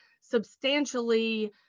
substantially